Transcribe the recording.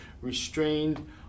restrained